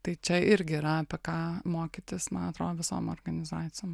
tai čia irgi yra apie ką mokytis man atrodo visom organizacijom